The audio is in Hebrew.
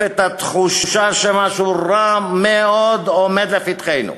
את התחושה שמשהו רע מאוד עומד לפתחנו.